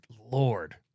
Lord